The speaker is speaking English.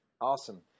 Awesome